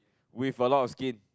with a lot of skin